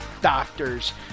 doctors